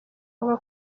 avuga